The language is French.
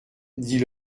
dit